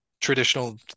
traditional